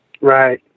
Right